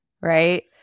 right